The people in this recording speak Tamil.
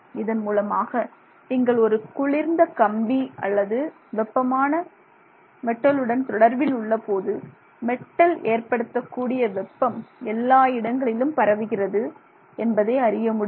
இதன் மூலமாக நீங்கள் எவ்வாறு ஒரு குளிர்ந்த கம்பி ஒரு வெப்பமான மெட்டலுடன் தொடர்பில் உள்ள போது மெட்டல் ஏற்படுத்தக்கூடிய வெப்பம் எல்லா இடங்களிலும் பரவுகிறது என்பதை அறிய முடியும்